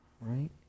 right